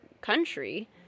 country